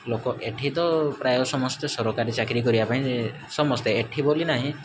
ଲୋକ ଏଠି ତ ପ୍ରାୟ ସମସ୍ତେ ସରକାରୀ ଚାକିରି କରିବା ପାଇଁ ସମସ୍ତେ ଏଠି ବୋଲି ନାହିଁ